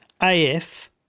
AF